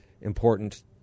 important